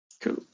Cool